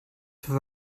für